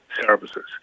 services